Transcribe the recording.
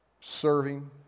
Serving